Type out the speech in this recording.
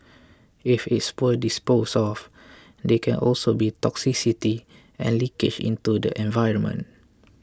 if it's poorly disposed of there can also be toxicity and leakage into the environment